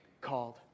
called